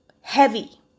heavy